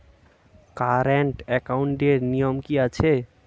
Current একাউন্টের নিয়ম কী আছে?